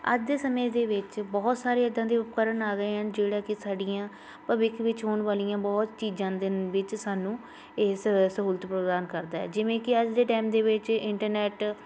ਅੱਜ ਦੇ ਸਮੇਂ ਦੇ ਵਿੱਚ ਬਹੁਤ ਸਾਰੇ ਇੱਦਾਂ ਦੇ ਉਪਕਰਨ ਆ ਗਏ ਹਨ ਜਿਹੜਾ ਕਿ ਸਾਡੀਆਂ ਭਵਿੱਖ ਵਿੱਚ ਹੋਣ ਵਾਲੀਆਂ ਬਹੁਤ ਚੀਜ਼ਾਂ ਦੇ ਵਿੱਚ ਸਾਨੂੰ ਇਸ ਸਹੂਲਤ ਪ੍ਰਦਾਨ ਕਰਦਾ ਹੈ ਜਿਵੇਂ ਕਿ ਅੱਜ ਦੇ ਟੈਮ ਦੇ ਵਿੱਚ ਇੰਟਰਨੈੱਟ